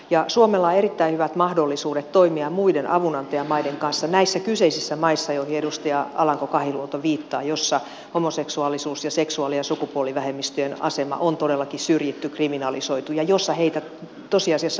suomella on erittäin hyvät mahdollisuudet toimia muiden avunantajamaiden kanssa näissä kyseisissä maissa joihin edustaja alanko kahiluoto viittaa jossa homoseksuaalisuus ja seksuaali ja sukupuolivähemmistöjen asema on todellakin syrjitty kriminalisoitu ja jossa heitä tosiasiassa vainotaan